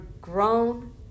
grown